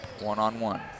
One-on-one